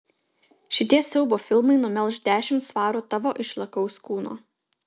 šitie siaubo filmai numelš dešimt svarų tavo išlakaus kūno